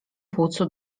płucu